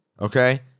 okay